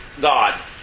God